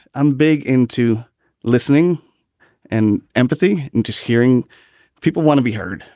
i'm big into listening and empathy and just hearing people want to be heard.